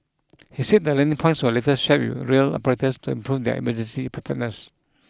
he said the learning points were later shared with rail operators to improve their emergency preparedness